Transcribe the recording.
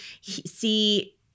see